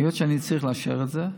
היות שאני צריך לאשר את זה,